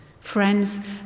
Friends